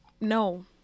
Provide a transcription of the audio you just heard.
No